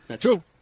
True